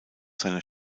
seiner